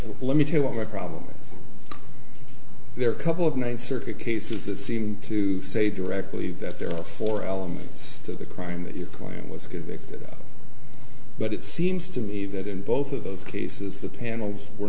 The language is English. it let me tell you what my problem with their couple of nights circuit cases that seem to say directly that there are four elements to the crime that your client was convicted but it seems to me that in both of those cases the panels were